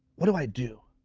what do i do?